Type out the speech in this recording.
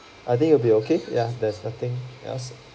I think it'll be okay ya there's nothing else